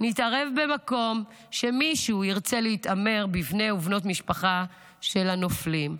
נתערב במקום שמישהו ירצה להתעמר בבני ובבנות משפחה של הנופלים.